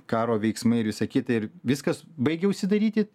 karo veiksmai ir visa kita ir viskas baigė užsidaryti